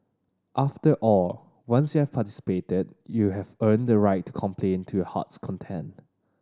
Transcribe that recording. after all once you have participated you have earned the right to complain to your heart's content